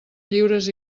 lliures